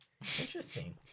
interesting